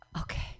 okay